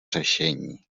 řešení